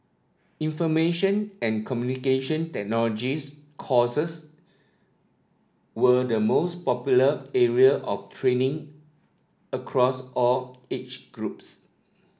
information and Communication Technology courses were the most popular area of training across all age groups